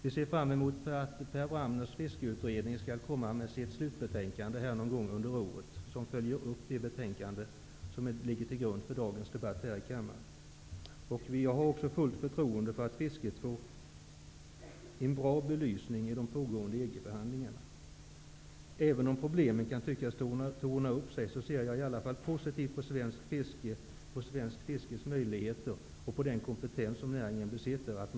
Vi ser fram emot att Per Wramners fiskeutredning någon gång under året skall komma med sitt slutbetänkande, som följer upp det betänkande som ligger till grund för dagens debatt här i kammaren. Jag har också fullt förtroende för att fisket får en bra belysning i de pågående EG-förhandlingarna. Även om problemen kan tyckas torna upp sig, ser jag i alla fall positivt på svenskt fiske och dess möjligheter och på den kompetens som näringen besitter.